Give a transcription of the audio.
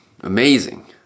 amazing